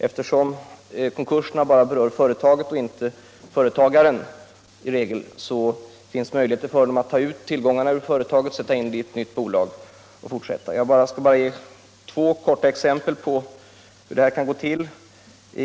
Eftersom en konkurs i regel bara berör företaget och inte företagaren så finns det möjligheter att ta ut tillgångarna ur företaget, sätta in dem i ett nytt bolag och fortsätta. Jag skall bara ge två korta exempel på hur detta kan gå till.